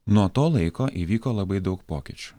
nuo to laiko įvyko labai daug pokyčių